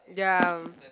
ya